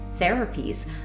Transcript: therapies